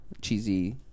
cheesy